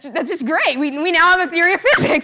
that's just great, we and we now have a theory of physics!